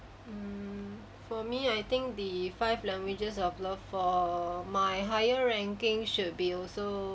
mm for me I think the five languages of love for my higher ranking should be also